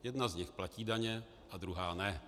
Jedna z nich platí daně a druhá ne.